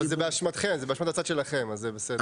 זה באשמת הצד שלכם, אז זה בסדר.